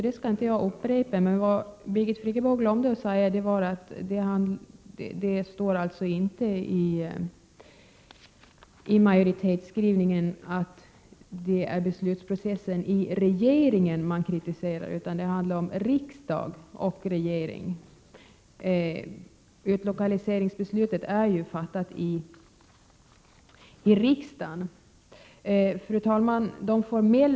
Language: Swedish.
Jag skall således inte upprepa den. Birgit Friggebo glömde emellertid att säga att det inte står i majoritetsskrivningen att det är beslutsprocessen i regeringen man kritiserar, utan det handlar om riksdag och regering. Utlokaliseringsbeslutet har fattats av riksdagen. Fru talman!